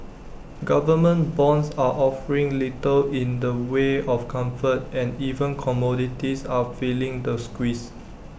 government bonds are offering little in the way of comfort and even commodities are feeling the squeeze